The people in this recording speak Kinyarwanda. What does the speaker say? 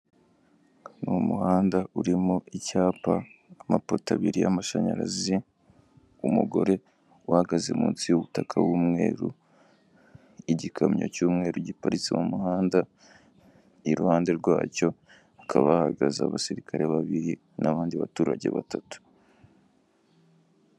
Ni umuhanda urimo icyapa, amapoti abiri y'amashanyarazi, umugore uhagaze munsi y'ubutaka bw'umweru, igikamyo cy'umweru giparitse mu muhanda iruhande rwacyo hakaba hagaze abasirikare babiri n'abandi baturage batatu.